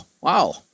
wow